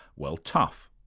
well, tough.